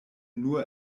nur